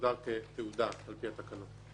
מוגדר כתעודה על פי התקנות.